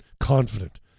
Confident